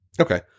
Okay